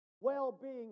well-being